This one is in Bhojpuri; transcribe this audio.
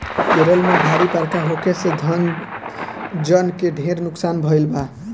केरल में भारी बरखा होखे से धन जन के ढेर नुकसान भईल बा